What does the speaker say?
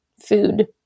food